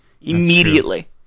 immediately